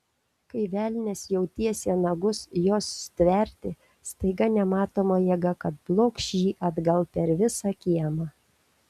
kai velnias jau tiesė nagus jos stverti staiga nematoma jėga kad blokš jį atgal per visą kiemą